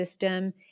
system